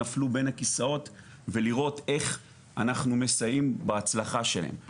נפלו בין הכיסאות ולראות איך אנחנו מסייעים בהצלחה שלהם.